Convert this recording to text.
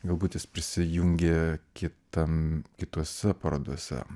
galbūt jis prisijungė kitam kitose parodose